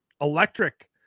electric